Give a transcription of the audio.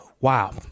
Wow